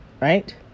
right